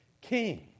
king